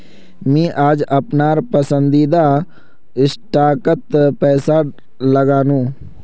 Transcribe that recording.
मी आज अपनार पसंदीदा स्टॉकत पैसा लगानु